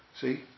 See